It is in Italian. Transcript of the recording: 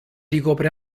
ricopre